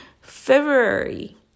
February